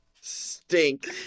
Stink